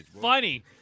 funny